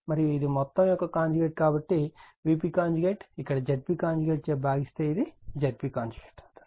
మరియు ఇది మొత్తం యొక్క కాంజుగేట్ కాబట్టి Vp ఇక్కడ Zp చే భాగిస్తే ఇది Zp అవుతుంది